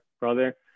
brother